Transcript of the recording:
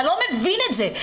אתה לא מבין את זה.